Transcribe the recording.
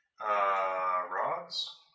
Rods